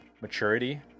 maturity